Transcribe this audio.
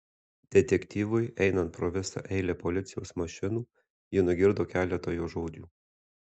detektyvui einant pro visą eilę policijos mašinų ji nugirdo keletą jo žodžių